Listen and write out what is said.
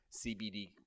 cbd